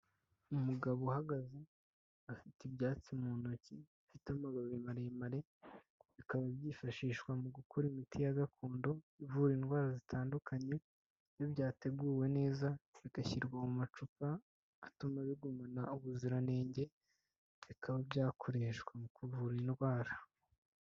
Umugabo uhagaze, afite ibyatsi mu ntoki bifite amababi maremare, bikaba byifashishwa mu gukora imiti ya gakondo ivura indwara zitandukanye, iyo byateguwe neza, bigashyirwa mu macupa atuma bigumana ubuziranenge, bikaba byakoreshwa mu kuvura indwara.